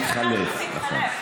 זה התחלף, נכון.